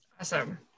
Awesome